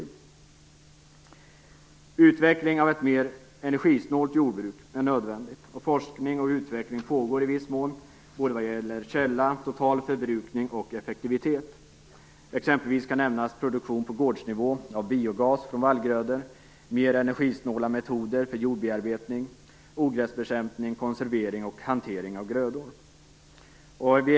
Det är nödvändigt att utveckla ett mer energisnålt jordbruk, och forskning och utveckling pågår i viss mån både vad gäller källa, total förbrukning och effektivitet. Exempelvis kan nämnas produktion på gårdsnivå av biogas från vallgrödor, mer energisnåla metoder för jordbearbetning, ogräsbekämpning, konservering och hantering av grödor.